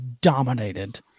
dominated